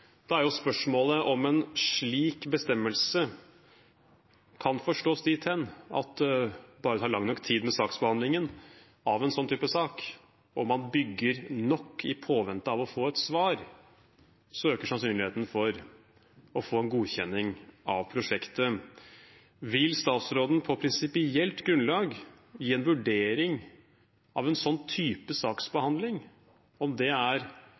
Da er jo spørsmålet om en slik bestemmelse kan forstås dit hen at bare det tar lang nok tid med behandlingen av en sak av denne typen, og man bygger nok i påvente av å få et svar, da øker sannsynligheten for å få en godkjenning av prosjektet. Vil statsråden på prinsipielt grunnlag gi en vurdering av om en saksbehandling av denne typen er